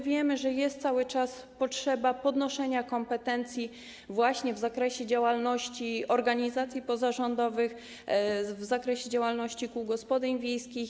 Wiemy, że jest cały czas potrzeba podnoszenia kompetencji właśnie w zakresie działalności organizacji pozarządowych, w zakresie działalności kół gospodyń wiejskich.